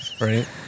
Right